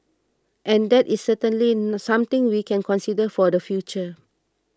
and that is certainly something we can consider for the future